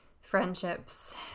friendships